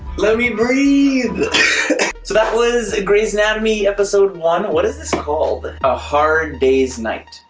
let me breathe so that was a grey's anatomy episode one. what is this called a hard day's night?